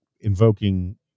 invoking